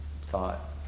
thought